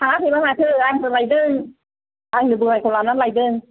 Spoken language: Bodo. थाङाखैबा माथो आंनो लायदों आंनि बोरायखौ लाना लायदों